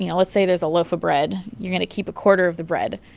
yeah let's say there's a loaf of bread. you're going to keep a quarter of the bread.